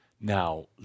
Now